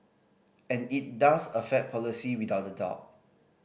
and it does affect policy without a doubt